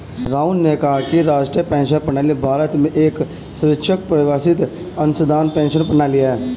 राहुल ने कहा कि राष्ट्रीय पेंशन प्रणाली भारत में एक स्वैच्छिक परिभाषित अंशदान पेंशन प्रणाली है